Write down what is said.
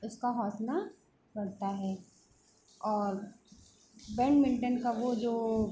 उसका हौसला बढ़ता है और बैडमिन्टन का वह जो